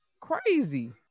Crazy